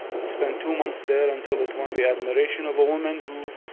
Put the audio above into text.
it spent two months there until it won the admiration of a woman who,